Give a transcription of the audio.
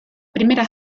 primera